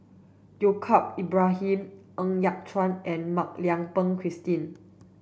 Yaacob Ibrahim Ng Yat Chuan and Mak Lai Peng Christine